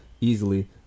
easily